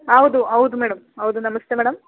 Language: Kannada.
ಹೌದು ಹೌದು ಮೇಡಮ್ ಹೌದು ನಮಸ್ತೆ ಮೇಡಮ್